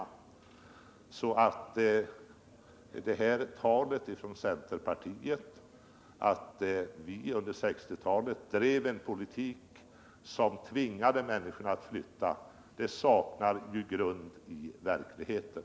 Centerpartiets tal om att vi under 1960-talet drev en politik som tvingade människorna att flytta saknar grund i verkligheten.